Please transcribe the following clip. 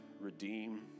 redeem